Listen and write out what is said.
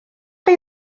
chi